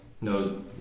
No